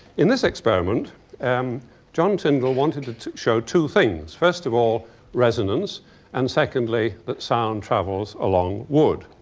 in this experiment um john tyndall wanted to show two things first of all resonance and secondly that sound travels along wood.